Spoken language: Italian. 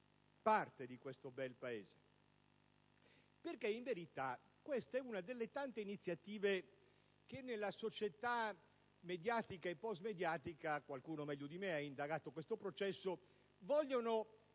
parte di questo bel Paese. In verità questa è, infatti, una delle tante iniziative che nella società mediatica e post-mediatica - qualcuno meglio di me ha indagato questo processo - vogliono